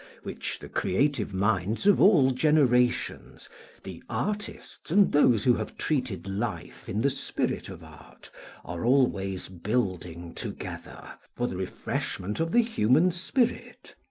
which the creative minds of all generations the artists and those who have treated life in the spirit of art are always building together, for the refreshment of the human spirit,